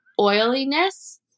oiliness